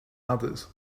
others